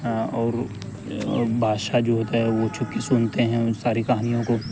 اور بادشاہ جو ہوتا ہے وہ چھپ کے سنتے ہیں ان ساری کہانیوں کو